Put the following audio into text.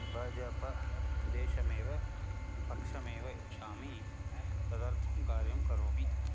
बजप देशमेव पक्षमेव इच्छामि तदर्थं कार्यं करोमि